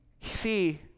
see